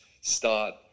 start